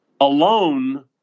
alone